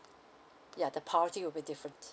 yeah the party will be different